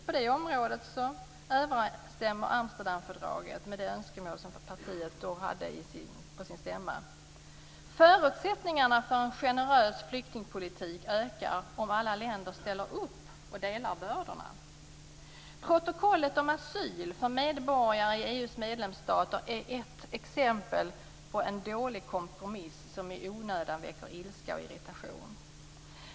På detta område överensstämmer Amsterdamfördraget med önskemålen på Centerpartiets stämma. Förutsättningarna för en generös flyktingpolitik ökar om alla länder ställer upp och delar bördorna. Protokollet om asyl för medborgare i EU:s medlemsstater är ett exempel på en dålig kompromiss som i onödan väcker ilska och irritation.